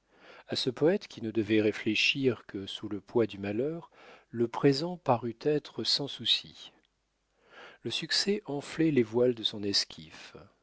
a ce poète qui ne devait réfléchir que sous le poids du malheur le présent parut être sans soucis le succès enflait les voiles de son esquif